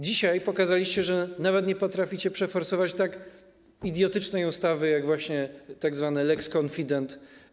Dzisiaj pokazaliście, że nawet nie potraficie przeforsować tak idiotycznej ustawy jak tzw. lex konfident.